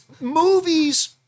movies